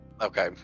Okay